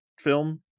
film